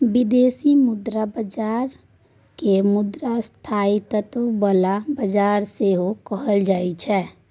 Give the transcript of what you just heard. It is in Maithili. बिदेशी मुद्रा बजार केँ मुद्रा स्थायित्व बला बजार सेहो कहल जाइ छै